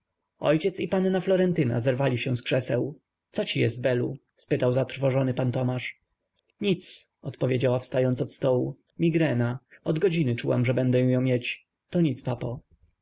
ojciec i panna florentyna zerwali się z krzeseł co ci jest belu spytał zatrwożony pan tomasz nic odpowiedziała wstając od stołu migrena od godziny czułam że będę ją mieć to nic papo